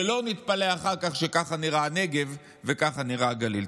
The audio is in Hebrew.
שלא נתפלא אחר כך שככה נראה הנגב וככה נראה הגליל.